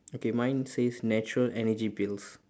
okay mine says natural energy pills